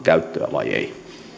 vai ei